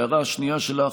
ההערה השנייה שלך,